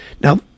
Now